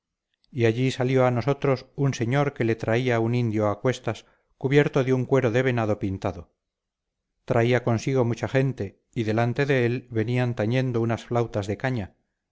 y allí salió a nosotros un señor que le traía un indio a cuestas cubierto de un cuero de venado pintado traía consigo mucha gente y delante de él venían tañendo unas flautas de caña